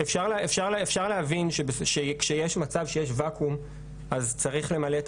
אפשר להבין שכשיש מצב שיש ואקום אז צריך למלא את